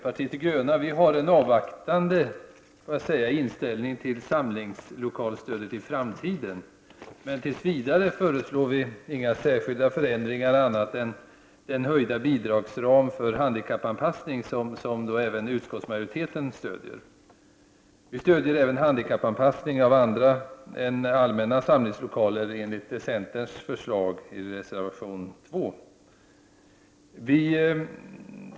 Fru talman! Vi har i miljöpartiet de gröna en avvaktande inställning till samlingslokalstödet i framtiden, men tills vidare föreslår vi inga särskilda förändringar annat än den höjda bidragsram för handikappanpassning som även utskottsmajoriteten stöder. Vi stöder även handikappanpassning av andra än allmänna samlingslokaler enligt centerns förslag i reservation 2.